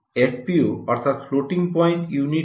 FPU অর্থাৎ floating point unit কি